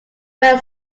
when